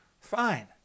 fine